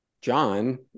John